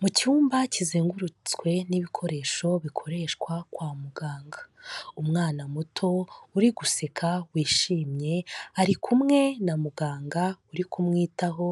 Mu cyumba kizengurutswe n'ibikoresho bikoreshwa kwa muganga. Umwana muto uriguseka wishimye ari kumwe na muganga urikumwitaho